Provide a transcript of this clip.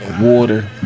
water